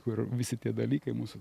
kur visi tie dalykai mūsų